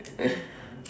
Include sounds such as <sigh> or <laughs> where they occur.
<laughs>